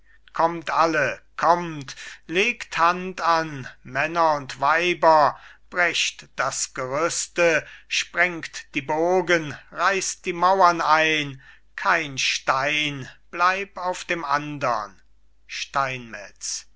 kommt alle kommt legt hand an männer und weiber brecht das gerüste sprengt die bogen reißt die mauern ein kein stein bleib auf dem andern steinmetz